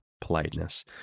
politeness